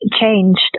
changed